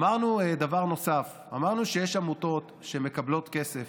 אמרנו דבר נוסף, אמרנו שיש עמותות שמקבלות כסף